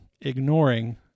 ignoring